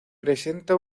presenta